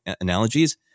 analogies